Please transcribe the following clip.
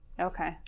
Okay